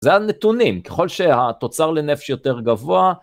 זה הנתונים, ככל שהתוצר לנפש יותר גבוה...